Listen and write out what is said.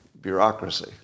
bureaucracy